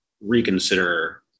reconsider